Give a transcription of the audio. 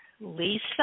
Lisa